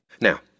Now